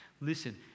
listen